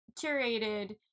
curated